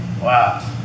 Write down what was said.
Wow